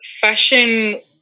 fashion